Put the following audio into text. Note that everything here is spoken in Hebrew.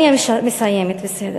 אני מסיימת, בסדר.